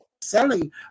selling